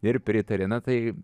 ir pritarė na tai